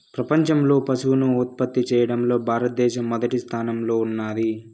ప్రపంచంలో పసుపును ఉత్పత్తి చేయడంలో భారత దేశం మొదటి స్థానంలో ఉన్నాది